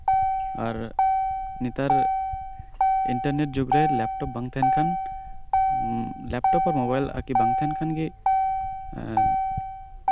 ᱟᱨ ᱱᱮᱛᱟᱨ ᱤᱱᱴᱟᱨᱱᱮᱴ ᱡᱩᱜᱽᱨᱮ ᱞᱮᱯᱴᱚᱯ ᱵᱟᱝ ᱛᱟᱦᱮᱱ ᱠᱷᱟᱱ ᱞᱮᱯᱴᱚᱯ ᱟᱨ ᱢᱳᱵᱟᱭᱤᱞ ᱵᱟᱝ ᱛᱟᱦᱮᱱ ᱠᱷᱟᱱ ᱜᱮ